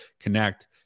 connect